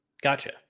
Gotcha